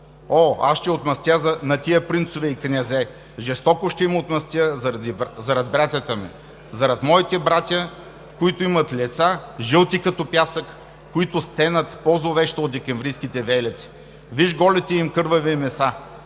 О, аз ще отмъстя на тия принцове и князе. Жестоко ще им отмъстя зарад братята ми, зарад моите братя, които имат лица, жълти като пясък, които стенат по-зловещо от декемврийските виелици! Виж голите им кървави меса,